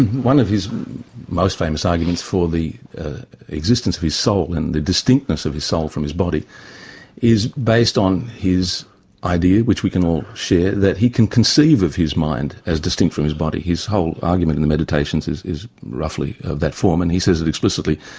one of his most famous arguments for the existence of his soul and the distinctness of his soul from his body is based on his idea which we can all share that he can conceive of his mind as distinct from his body. his whole argument in the meditations is is roughly of that form, and he says it explicitly.